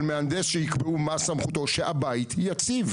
לחמש שנים דוח של מהנדס שאומר שהבית יציב.